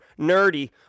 nerdy